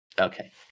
Okay